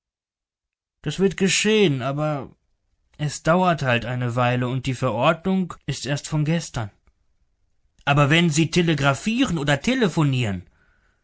das wird geschehn aber es dauert halt eine weile und die verordnung ist erst von gestern aber wenn sie telegraphieren oder telephonieren